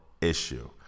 issue